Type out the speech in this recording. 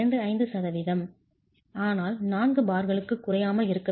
25 சதவீதம் ஆனால் 4 பார்களுக்குக் குறையாமல் இருக்க வேண்டும்